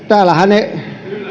täällähän